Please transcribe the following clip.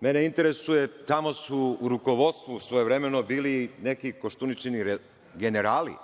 mene interesuje tamo su u rukovodstvu, svojevremeno, bili neki Koštuničini generali.